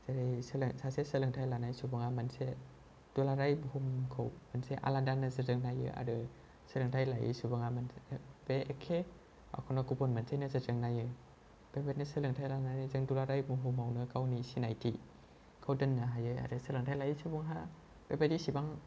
जेरै सासे सोलोंथाइ लानाय सुबुङा मोनसे दुलाराय भुमखौ मोनसे आलादा नोजोरजों नायो आरो सोलोंथाइ लायै सुबुङा बे एक्के आखल आखुखौ मोनसे नोजोरजों नायो बेबायदि सोलोंथाइ लानानै जों दुलाराय बुहुमावनो गावनि सिनायथिखौ दोननो हायो आरो सोलोंथाइ लायै सुबुङा बेबायदि एसेबां